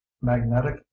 magnetic